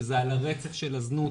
שזה על הרצף של הזנות,